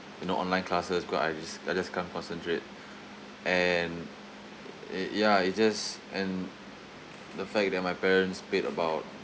you know online classes cause I just I just can't concentrate and ya it just and the fact that my parents paid about